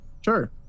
Sure